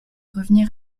revenir